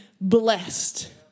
blessed